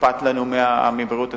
אכפת לנו מבריאות הציבור,